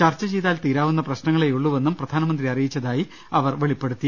ചർച്ച ചെയ്താൽ തീരാവുന്ന പ്രശ്നങ്ങളേ യുള്ളൂവെന്നും പ്രധാനമന്ത്രി അറിയിച്ചതായി അവർ വെളിപ്പെടുത്തി